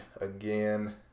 again